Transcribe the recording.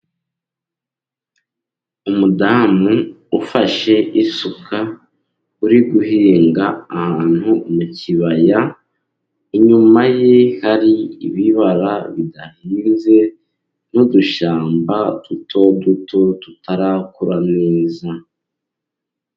Umudamu ufashe isuka uri guhinga ahantu mu kibaya, inyuma ye hari ibibara bidahinze n'udushyamba duto duto tutarakura neza.